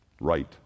right